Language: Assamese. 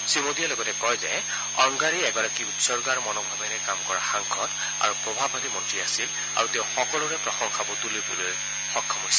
শ্ৰীমোডীয়ে লগতে কয় যে অংগড়ী এগৰাকী উৎসৰ্গাৰ মনোভাৱেৰে কাম কৰা সাংসদ আৰু প্ৰভাৱশালী মন্ত্ৰী আছিল আৰু তেওঁ সকলোৰে প্ৰশংসা বুটলিবলৈ সক্ষম হৈছিল